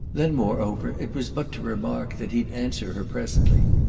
then moreover it was but to remark that he'd answer her presently.